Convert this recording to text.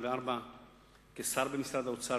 ב-2004-2003 כשר במשרד האוצר,